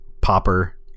popper